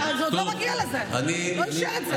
כן, זה עוד לא מגיע לזה, לא אישרו את זה.